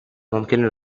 ممکنه